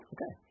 Okay